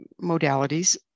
modalities